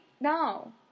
No